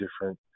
different